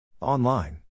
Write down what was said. Online